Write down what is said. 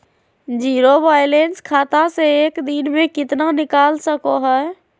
Zero balance खाता से एक दिन में कितना निकाल सको है?